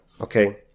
okay